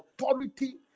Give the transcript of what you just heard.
authority